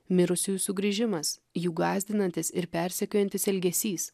mirusiųjų sugrįžimas jų gąsdinantis ir persekiojantis elgesys